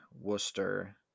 worcester